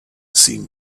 seemed